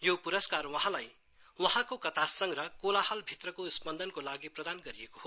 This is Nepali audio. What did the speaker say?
यो पुरस्कार वहाँलाई वहाँको कथा संग्रह कोलाहल भित्रको स्पन्दनको लागि प्रदान गरिएको हो